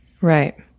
Right